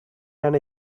and